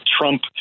Trump